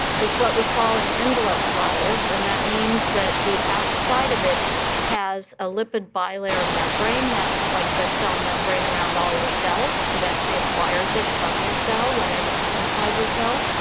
it's what we call an enveloped virus. and that means that the outside of it has a lipid bilayer membrane. that's like the cell membrane around all your cells. it actually acquires it from your cell when it's inside your cell.